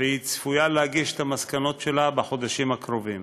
והיא צפויה להגיש את המסקנות שלה בחודשים הקרובים,